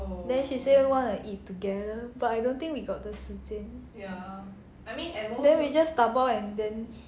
then she say want want to eat together but I don't think we got the 时间 then we just 打包 and then